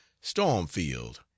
Stormfield